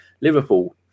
Liverpool